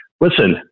Listen